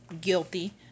guilty